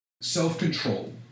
Self-control